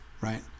right